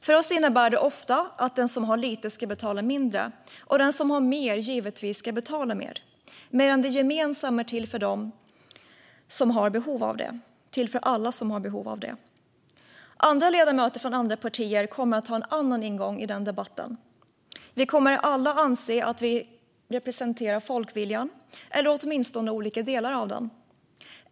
För oss innebär det ofta att den som har lite ska betala mindre och att den som har mer givetvis ska betala mer, medan det gemensamma är till för alla som har behov av det. Ledamöter från andra partier kommer att ha en annan ingång i den debatten. Vi kommer alla anse att vi representerar folkviljan eller åtminstone olika delar av den.